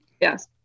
Yes